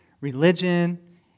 religion